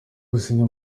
gusinya